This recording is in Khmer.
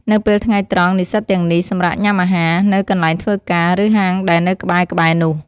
នៅពេលថ្ងៃត្រង់ និស្សិតទាំងនេះ សម្រាកញ៉ាំអាហារ នៅកន្លែងធ្វើការ ឬហាងដែលនៅក្បែរៗនោះ។